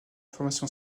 formation